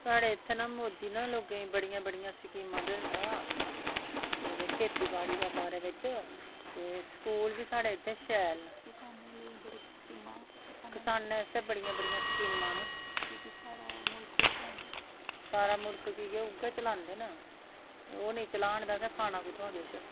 साढ़ै इत्थै ना मोदी ना लोगें गी बड़ियां बड़ियां स्कीमां दसदा एह्दे खेतीबाड़ी दे बारे बिच्च ते स्कूल बी साढ़ै इत्थै शैल न किसाने आस्तै बड़ियां बड़ियां स्कीमां न सारा मुल्ख की के उ'ऐ चलांदे न ते ओह् नी चलान ते असें खाना कुत्थुआं किश